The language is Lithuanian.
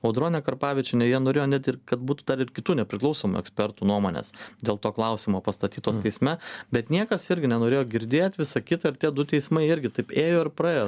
audronė karpavičienė jie norėjo net ir kad būtų dar ir kitų nepriklausomų ekspertų nuomonės dėl to klausimo pastatytos teisme bet niekas irgi nenorėjo girdėt visa kita ir tie du teismai irgi taip ėjo ir praėjo